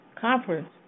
conference